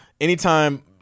anytime